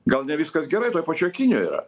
gal ne viskas gerai toj pačioj kinijoj yra